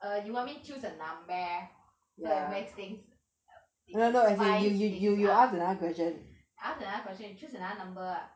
err you want me to choose a number so it makes things we can spice things up I ask another question you choose another number ah